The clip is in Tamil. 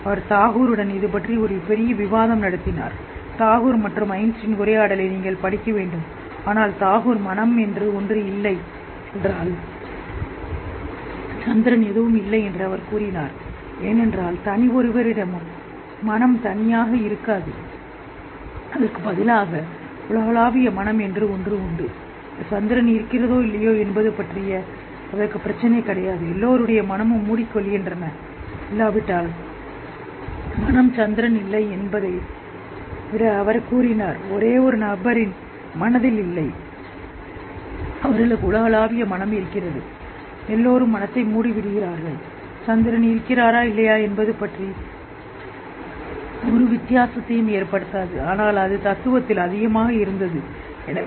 அவர் தாகூருடன் இது பற்றி ஒரு பெரிய விவாதம் நடத்தினார் தாகூர் மற்றும் ஐன்ஸ்டீன் உரையாடலில் நீங்கள் காணக்கூடியதைப் பற்றி நீங்கள் படிக்க வேண்டும் அவர் சொன்னார் ஆனால் தாகூர் இல்லாவிட்டால் மனம் சந்திரன் இல்லை என்பதை விட அவர் கூறினார் ஒரே ஒரு நபரின் மனதில் இல்லை அவர்களுக்கு உலகளாவிய மனம் இருக்கிறது எல்லோரும் மனம் மூடிவிடுகிறார்கள் சந்திரன் இருக்கிறாரா இல்லையா என்பது ஒரு வித்தியாசத்தை ஏற்படுத்தாது ஆனால் அதுஅதிகமாக இருந்தது சாம்ராஜ்ய தத்துவத்தில்